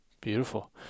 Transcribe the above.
Beautiful